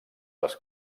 les